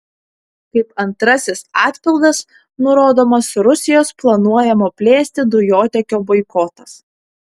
kaip antrasis atpildas nurodomas rusijos planuojamo plėsti dujotiekio boikotas